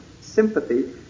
sympathy